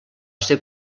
ser